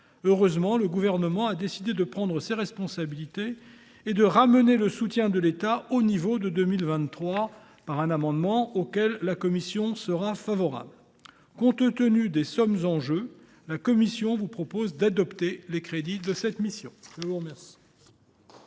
Heureusement, le Gouvernement a décidé de prendre ses responsabilités et de ramener le soutien de l’État à son niveau de 2023, au travers de l’amendement n° II 1027, auquel la commission se montrera favorable. Compte tenu des sommes en jeu, la commission propose d’adopter les crédits de cette mission.